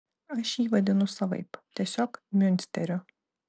aš jį vadinu savaip tiesiog miunsteriu